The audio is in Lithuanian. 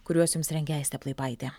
kuriuos jums rengė aistė plaipaitė